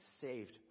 saved